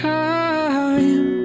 time